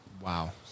Wow